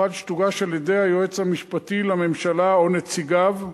שתוגש על-ידי היועץ המשפטי לממשלה או נציגיו,